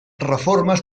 reformes